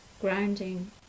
Grounding